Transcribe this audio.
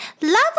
love